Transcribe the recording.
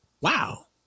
wow